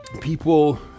people